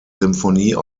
symphonie